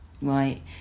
Right